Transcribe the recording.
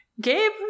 Gabe